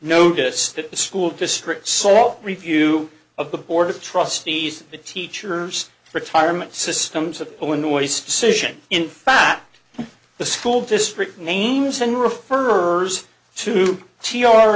notice that the school district sole review of the board of trustees the teacher's retirement systems of illinois decision in fact the school district names in refers to t r